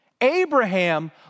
Abraham